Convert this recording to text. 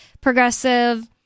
progressive